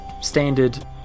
standard